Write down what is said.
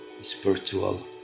spiritual